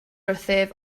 wrthyf